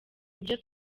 ibyo